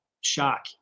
shock